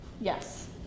Yes